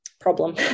problem